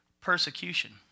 Persecution